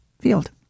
field